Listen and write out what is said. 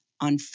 on